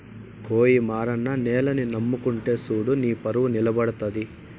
ఓయి మారన్న నేలని నమ్ముకుంటే సూడు నీపరువు నిలబడతది